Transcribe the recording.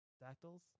Dactyls